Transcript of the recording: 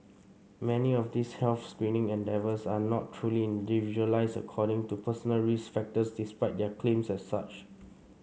many of these health screening endeavours are not truly individualised according to personal risk factors despite their claims as such